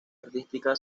artística